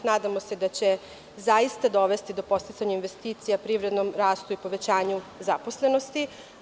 Nadamo se da će zaista dovesti do podsticaja investicija, privrednom rastu i povećanju zaposlenosti.